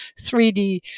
3d